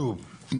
שוב,